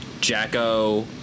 Jacko